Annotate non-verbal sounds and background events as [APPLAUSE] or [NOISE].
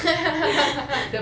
[LAUGHS]